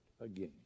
again